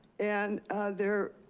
and they're,